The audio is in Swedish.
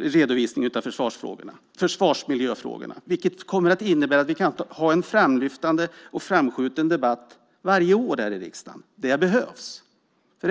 redovisning av försvarsmiljöfrågorna, vilket kommer att innebära att vi kan ha en framlyftande och framskjuten debatt varje år här i riksdagen. Det behövs.